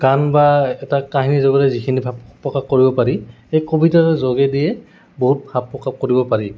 গান বা এটা কাহিনী যোগেৰে যিখিনি ভাৱ প্ৰকাশ কৰিব পাৰি এই কবিতাৰ যোগেদিয়ে বহুত ভাৱ প্ৰকাশ কৰিব পাৰি